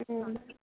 অঁ